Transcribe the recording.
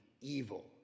evil